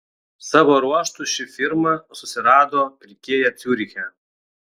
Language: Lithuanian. savo ruožtu ši firma susirado pirkėją ciuriche